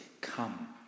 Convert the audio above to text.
Come